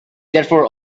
therefore